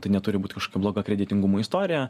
tai neturi būt kažkokia bloga kreditingumo istorija